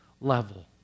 level